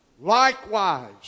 Likewise